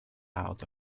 out